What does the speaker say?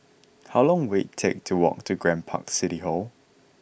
how long will it take to walk to Grand Park City Hall